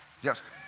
Yes